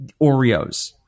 Oreos